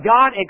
God